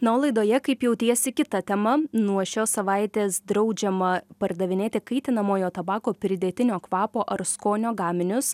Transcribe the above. na o laidoje kaip jautiesi kita tema nuo šios savaitės draudžiama pardavinėti kaitinamojo tabako pridėtinio kvapo ar skonio gaminius